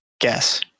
guess